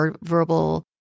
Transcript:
verbal